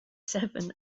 seven